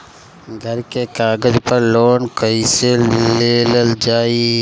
घर के कागज पर लोन कईसे लेल जाई?